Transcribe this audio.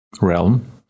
realm